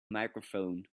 microphone